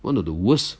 one of the worst